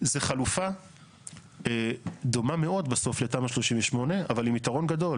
זה חלופה דומה מאוד בסוף לתמ"א 38 אבל עם יתרון גדול.